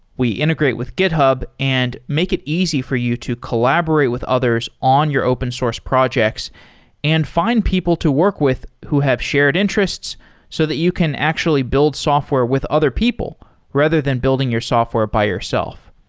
we integrate with github and make it easy for you to collaborate with others on your open source projects and find people to work with who have shared interests so that you can actually build software with other people rather than building your software by yourself.